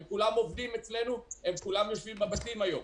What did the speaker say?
הם כולם עובדים אצלנו וכולם יושבים בבתים היום.